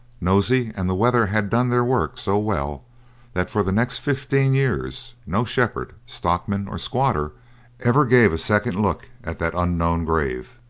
nosey and the weather had done their work so well that for the next fifteen years no shepherd, stockman, or squatter ever gave a second look at that unknown grave.